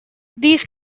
these